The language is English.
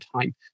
time